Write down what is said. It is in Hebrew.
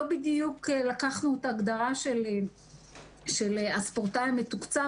לא בדיוק לקחנו את ההגדרה של הספורטאי המתוקצב.